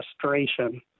frustration